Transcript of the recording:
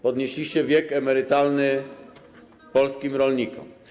Podnieśliście wiek emerytalny polskim rolnikom.